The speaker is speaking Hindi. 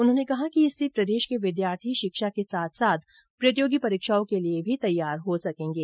उन्होंने कहा कि इससे प्रदेश के विद्यार्थी शिक्षा के साथ साथ प्रतियोगी परीक्षाओं के लिए भी तैयार हो सकेंगे